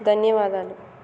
ధన్యవాదాలు